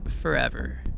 forever